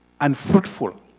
unfruitful